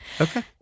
okay